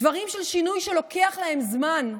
דברים של שינוי, שלוקח להם זמן,